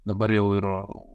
dabar jau ir